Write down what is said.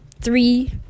three